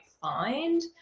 find